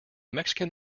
mexican